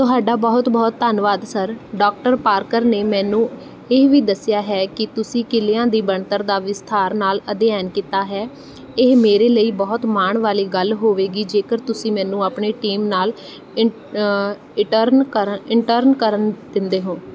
ਤੁਹਾਡਾ ਬਹੁਤ ਬਹੁਤ ਧੰਨਵਾਦ ਸਰ ਡੋਕਟਰ ਪਾਰਕਰ ਨੇ ਮੈਨੂੰ ਇਹ ਵੀ ਦੱਸਿਆ ਹੈ ਕੀ ਤੁਸੀਂ ਕਿਲ੍ਹਿਆਂ ਦੀ ਬਣਤਰ ਦਾ ਵਿਸਥਾਰ ਨਾਲ ਅਧਿਐਨ ਕੀਤਾ ਹੈ ਇਹ ਮੇਰੇ ਲਈ ਬਹੁਤ ਮਾਣ ਵਾਲੀ ਗੱਲ ਹੋਵੇਗੀ ਜੇਕਰ ਤੁਸੀਂ ਮੈਨੂੰ ਆਪਣੀ ਟੀਮ ਨਾਲ ਇਨ ਇਟਰਨ ਕਰਨ ਇੰਟਰਨ ਕਰਨ ਦਿੰਦੇ ਹੋ